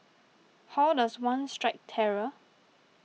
how does one strike terror